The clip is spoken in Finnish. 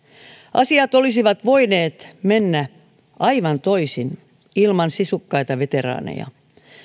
asiat olisivat voineet mennä aivan toisin ilman sisukkaita veteraaneja